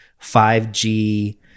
5G